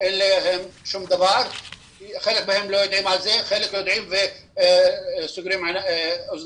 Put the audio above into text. אין להם שום דבר וחלק לא יודעים על החוק וחלק סוגרים עיניים.